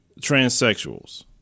transsexuals